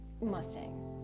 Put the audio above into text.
Mustang